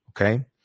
Okay